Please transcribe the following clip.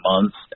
months